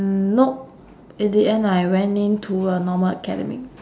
mm nope in the end I went in to a normal academic